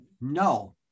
no